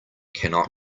cannot